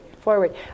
forward